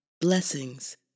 Blessings